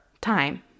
time